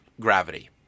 gravity